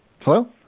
Hello